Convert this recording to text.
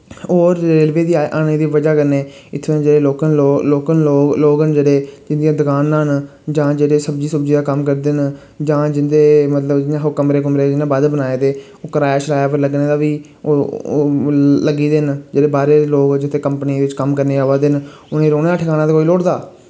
और रेलवे दी आने दी वजह् कन्नै इत्थुआं दे जेह्ड़े लोकल लोक लोकल लोक लोक न जेह्ड़े जिं'दियां दकानां न जां जेह्ड़े सब्जी सुब्जी दा कम्म करदे न जां जिं'दे मतलब जि'यां हां कमरे कुमरे जि'नें बद्ध बनाए दे ओह् कराया श्राया पर लग्गने दा बी ओह् लग्गी दे न जेह्ड़े बाह्रे दे लोक जित्थै कम्पनी बिच कम्म करने आवै दे न उ'ने रौह्ने दा ठिकाना ते कोई लोड़ दा